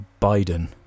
Biden